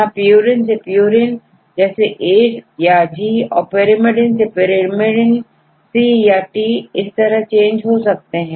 यहां purine से purine जैसेA याG और Pyrimidine सेpyrimidine C याT इस तरह यह चेंज हो सकते हैं